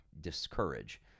discourage